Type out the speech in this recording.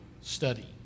study